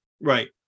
Right